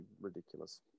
ridiculous